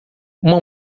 uma